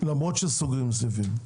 למרותש שסוגרים סניפים.